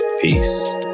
Peace